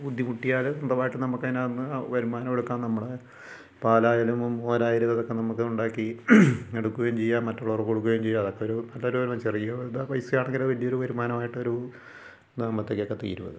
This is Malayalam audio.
ബുദ്ധിമുട്ടിയാൽ സ്വന്തമായിട്ട് നമുക്ക് അതിനകത്തുനിന്ന് വരുമാനം എടുക്കാൻ നമ്മുടെ പാൽ ആയാലും മോര് ആയാലും ഇതൊക്കെ നമുക്ക് ഉണ്ടാക്കി എടുക്കുകയും ചെയ്യാം മറ്റുള്ളവർക്ക് കൊടുക്കുകയും ചെയ്യാം അതൊക്കെ ഒരു നല്ലൊരു ചെറിയൊരു പൈസ ആണെങ്കിലും വലിയൊരു വരുമാനമായിട്ടൊരു ഇതാകുമ്പോഴത്തേക്കും ഒരു തീരും അത്